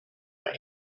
for